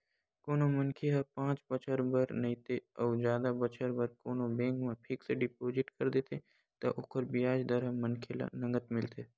कोनो मनखे ह पाँच बछर बर नइते अउ जादा बछर बर कोनो बेंक म फिक्स डिपोजिट कर देथे त ओकर बियाज दर ह मनखे ल नँगत मिलथे